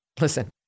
Listen